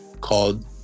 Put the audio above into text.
called